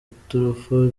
iturufu